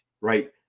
right